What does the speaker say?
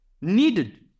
needed